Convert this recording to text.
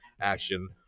action